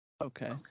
okay